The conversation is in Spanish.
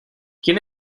quién